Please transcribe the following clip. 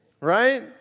Right